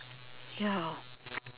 ya